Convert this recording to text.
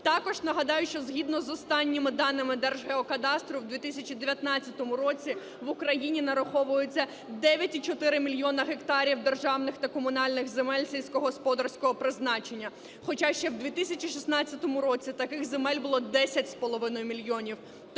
Також нагадаю, що згідно з останніми даними Держгеокадастру в 2019 році в Україні нараховуються 9,4 мільйона гектарів державних та комунальних земель сільськогосподарського призначення. Хоча ще в 2016 році таких земель було 10,5 мільйона.